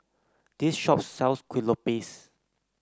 this shop sells Kueh Lopes